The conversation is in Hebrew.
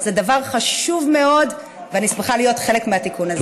זה דבר חשוב מאוד ואני שמחה להיות חלק מהתיקון הזה.